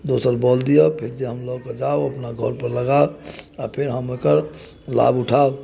दोसर बल्ब दिअ फेर जायब हम लऽ कऽ अपना घरपर लगायब आ फेर हम ओकर लाभ उठायब